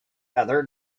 other